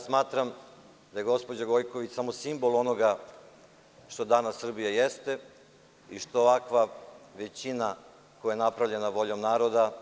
Smatram da je gospođa Gojković samo simbol onoga što danas Srbija jeste i što ovakva većina, koja je napravljena voljom naroda,